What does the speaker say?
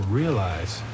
realize